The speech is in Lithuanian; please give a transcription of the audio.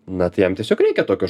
na tai jam tiesiog reikia tokio